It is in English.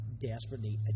desperately